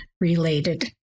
related